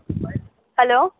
hello